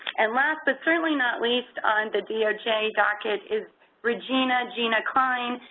and last but certainly not least on the doj docket is regina gina kline,